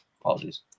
Apologies